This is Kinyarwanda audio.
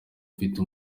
mfite